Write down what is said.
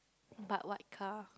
but what car